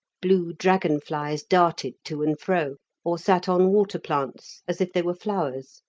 blue dragon-flies darted to and fro, or sat on water-plants as if they were flowers.